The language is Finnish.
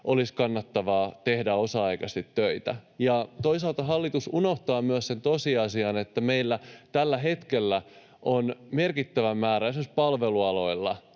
olisi kannattavaa tehdä osa-aikaisesti töitä, ja toisaalta hallitus unohtaa myös sen tosiasian, että meillä tällä hetkellä on merkittävä määrä esimerkiksi palvelualoilla,